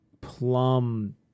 plum